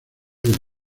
del